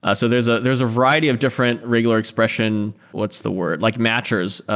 ah so there's ah there's a variety of different regular expression. what's the word? like matchers,